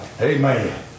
Amen